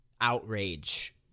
outrage